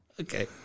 okay